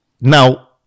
now